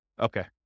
Okay